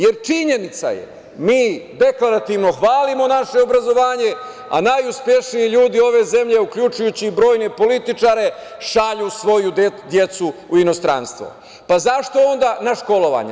Jer činjenica je, mi deklarativno hvalimo naše obrazovanje, a najuspešniji ljudi ove zemlje, uključujući i brojne političare šalju svoju decu u inostranstvo na školovanje.